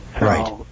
Right